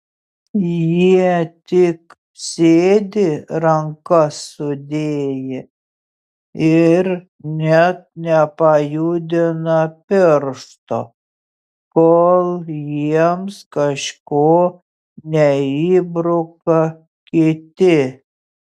jie tik sėdi rankas sudėję ir net nepajudina piršto kol jiems kažko neįbruka kiti